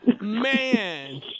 Man